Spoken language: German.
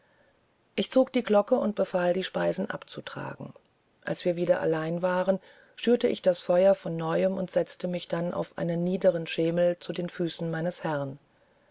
ich zog die glocke und befahl die speisen abzutragen als wir wieder allein waren schürte ich das feuer von neuem und setzte mich dann auf einen niederen schemel zu den füßen meines herrn